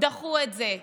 דחו את זה.